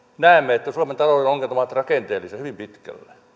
näemme että suomen talouden ongelmat ovat rakenteellisia hyvin pitkälle